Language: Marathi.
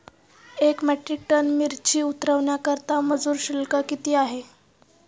एक मेट्रिक टन मिरची उतरवण्याकरता मजुर शुल्क किती आहे?